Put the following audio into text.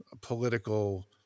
political